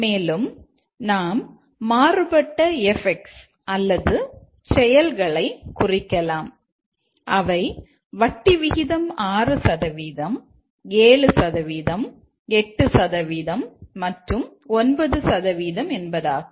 மேலும் நாம் மாறுபட்ட எபெக்ட்ஸ் அல்லது செயல்களை குறிக்கலாம் அவை வட்டி விகிதம் 6 சதவீதம் 7 சதவீதம் 8 சதவீதம் மற்றும் 9 சதவீதம் என்பதாகும்